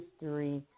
history